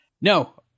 No